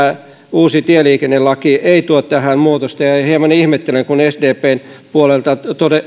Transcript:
uusi tieliikennelaki ei tuo tähän muutosta hieman ihmettelen kun sdpn puolelta